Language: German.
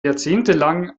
jahrzehntelang